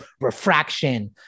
refraction